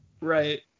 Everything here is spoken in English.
Right